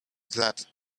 that